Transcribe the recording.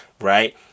right